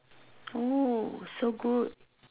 oo so good